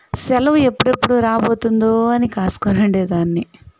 సెలవు ఎప్పుడెప్పుడు రాబోతుందో అని కాసుకొని ఉండేదాన్ని